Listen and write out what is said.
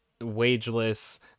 wageless